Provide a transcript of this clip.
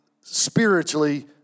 spiritually